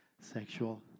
sexual